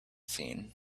seen